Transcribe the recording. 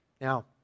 Now